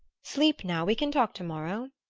sleep now we can talk tomorrow.